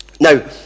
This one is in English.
Now